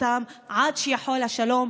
עד שישתחרר.